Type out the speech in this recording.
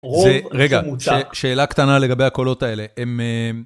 רגע, שאלה קטנה לגבי הקולות האלה, הם...